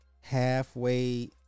halfway